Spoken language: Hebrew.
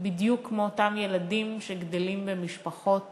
בדיוק כמו אותם ילדים שגדלים במשפחות